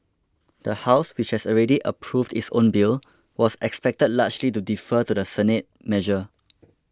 the House which has already approved its own bill was expected largely to defer to the Senate measure